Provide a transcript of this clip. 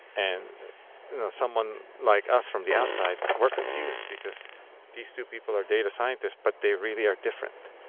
and you know someone like us from the outside were confused, because these two people are data scientists but they really are different.